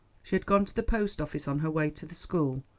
she had gone to the post-office on her way to the school,